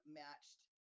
matched